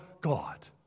God